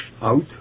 out